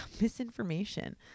misinformation